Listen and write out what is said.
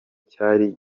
cyari